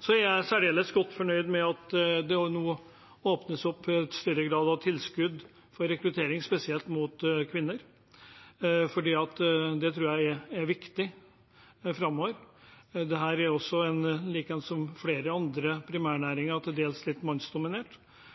Så er jeg særdeles godt fornøyd med at det nå åpnes i større grad opp for tilskudd til rekruttering, spesielt mot kvinner, for det tror jeg er viktig framover. Dette er som også flere andre primærnæringer til dels litt mannsdominert,